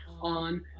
on